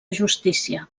justícia